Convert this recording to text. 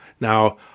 Now